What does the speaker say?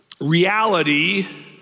reality